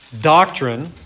doctrine